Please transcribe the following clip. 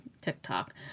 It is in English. TikTok